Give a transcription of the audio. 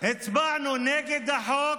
הצבענו נגד החוק